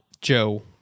Joe